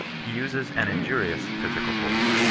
he uses an injurious physical force.